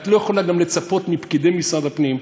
את לא יכולה גם לצפות מפקידי משרד הפנים,